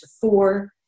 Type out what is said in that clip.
four